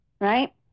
right